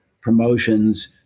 promotions